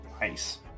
Nice